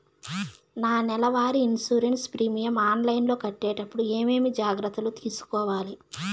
నా నెల వారి ఇన్సూరెన్సు ప్రీమియం ఆన్లైన్లో కట్టేటప్పుడు ఏమేమి జాగ్రత్త లు తీసుకోవాలి?